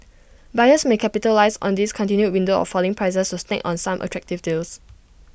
buyers may capitalise on this continued window of falling prices to snag on some attractive deals